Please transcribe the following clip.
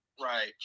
right